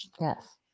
yes